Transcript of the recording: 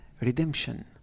redemption